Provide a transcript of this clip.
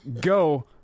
go